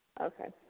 Okay